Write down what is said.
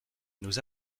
nous